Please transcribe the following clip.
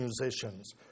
musicians